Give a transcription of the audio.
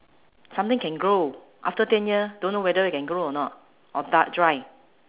something can grow after ten year don't know whether it can grow or not or da~ dry